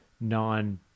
non